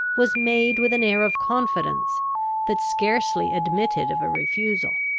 was made with an air of confidence that scarcely admitted of a refusal.